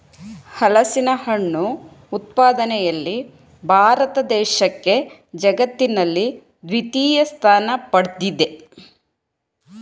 ಹಲಸಿನಹಣ್ಣು ಉತ್ಪಾದನೆಯಲ್ಲಿ ಭಾರತ ದೇಶಕ್ಕೆ ಜಗತ್ತಿನಲ್ಲಿ ದ್ವಿತೀಯ ಸ್ಥಾನ ಪಡ್ದಿದೆ